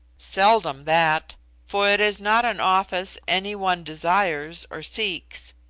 seldom that for it is not an office any one desires or seeks,